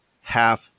half